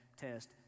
test